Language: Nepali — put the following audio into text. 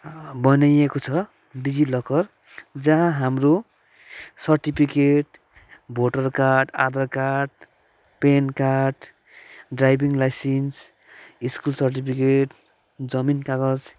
बनाइएको छ डिजिलकर जहाँ हाम्रो certificate voter card Aadhaar card PAN card driving licence school certificate जमिन कागज